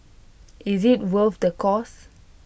is IT worth the cost